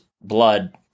blood